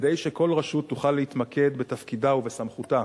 תוכל להתמקד בתפקידה ובסמכותה,